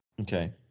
Okay